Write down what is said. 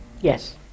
Yes